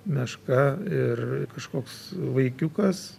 meška ir kažkoks vaikiukas